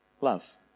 love